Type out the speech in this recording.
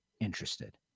interested